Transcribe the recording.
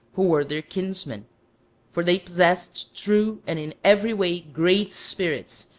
who were their kinsmen for they possessed true and in every way great spirits,